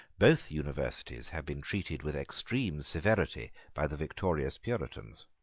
both universities had been treated with extreme severity by the victorious puritans.